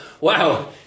wow